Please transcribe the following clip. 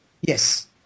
Yes